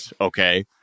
Okay